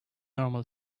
normal